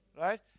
Right